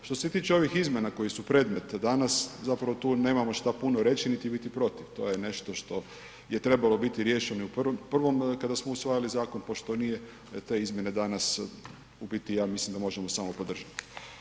Što se tiče ovih izmjena koje su predmet danas zapravo tu nemamo šta puno reći niti biti protiv, to je nešto što je trebalo biti riješeno i u prvom kada smo usvajali zakon, pošto nije te izmjene danas u biti ja mislim da možemo samo podržati.